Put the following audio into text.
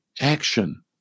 action